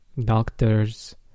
doctors